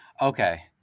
okay